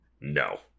no